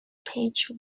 page